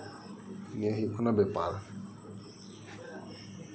ᱱᱤᱭᱟᱹ ᱦᱳᱭᱳᱜ ᱠᱟᱱᱟ ᱵᱮᱯᱟᱨ